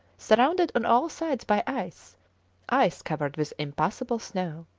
surrounded on all sides by ice ice covered with impassable snow.